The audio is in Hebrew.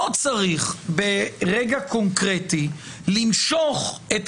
לא צריך ברגע קונקרטי למשוך,